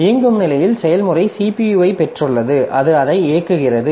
இயங்கும் நிலையில் செயல்முறை CPU ஐப் பெற்றுள்ளது அது அதை இயக்குகிறது